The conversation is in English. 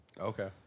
Okay